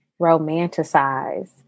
romanticize